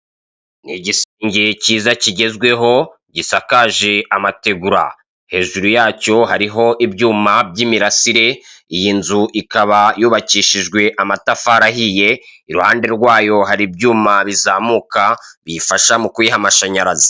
Ni igisenge cyiza kigezweho gisakaje amatebura, hejuru yacyo hariho ibyuma by'imirasire, iyi nzu ikaba yubakishijwe amatafari ahiye, iruhande rwayo hari ibyuma bizamuka biyifasha mu kuyiha amashanyarazi.